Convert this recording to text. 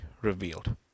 revealed